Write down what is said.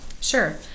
Sure